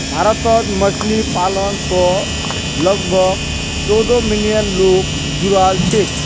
भारतत मछली पालन स लगभग चौदह मिलियन लोग जुड़ाल छेक